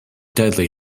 deadly